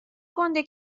گنده